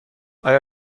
آیا